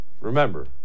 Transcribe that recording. remember